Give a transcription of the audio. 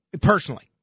personally